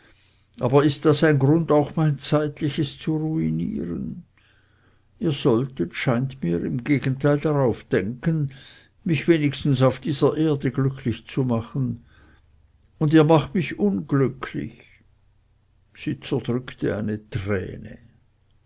aber ist das ein grund auch mein zeitliches zu ruinieren ihr solltet scheint mir im gegenteil darauf denken mich wenigstens auf dieser erde glücklich zu machen und ihr macht mich unglücklich sie zerdrückte eine träne